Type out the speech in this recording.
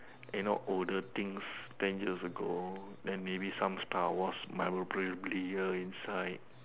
you know older things ten years ago then maybe some Star Wars Leia inside